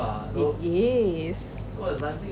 it is